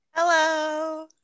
Hello